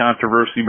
controversy